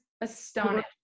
astonished